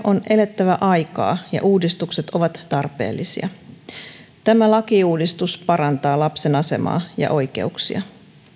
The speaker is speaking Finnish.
on elettävä aikaa ja uudistukset ovat tarpeellisia tämä lakiuudistus parantaa lapsen asemaa ja oikeuksia